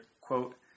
quote